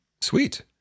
Sweet